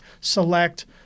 select